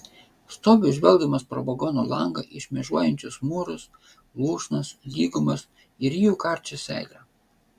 stoviu žvelgdamas pro vagono langą į šmėžuojančius mūrus lūšnas lygumas ir ryju karčią seilę